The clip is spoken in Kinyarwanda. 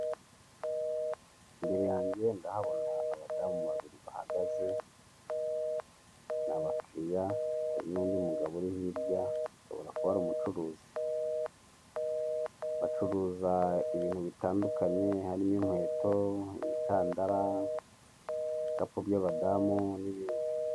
Imbere yanjye ndahabona abadamu babiri bahagaze ni abakiriya hari n'undi mugabo uri hirya ushobora kuba ari umucuruzi ,bacuruza ibintu bitandukanye harimo inkweto ,imikandara ibikapu by'abadamu n'ibindi .